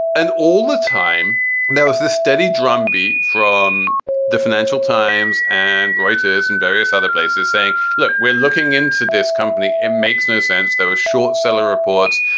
and all the time and there was the steady drumbeat from the financial times and reuters and various other places saying, look, we're looking into this company. it makes no sense. they were short seller reports.